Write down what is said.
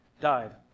died